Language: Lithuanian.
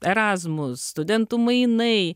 erazmus studentų mainai